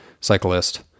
cyclist